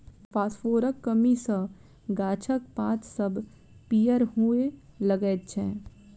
फासफोरसक कमी सॅ गाछक पात सभ पीयर हुअ लगैत छै